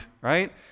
right